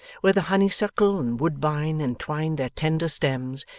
where the honeysuckle and woodbine entwined their tender stems,